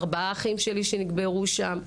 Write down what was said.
ארבעה אחים שלי נקברו שם.